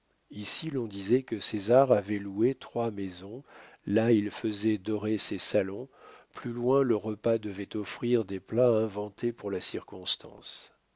ici l'on disait que césar avait loué trois maisons là il faisait dorer ses salons plus loin le repas devait offrir des plats inventés pour la circonstance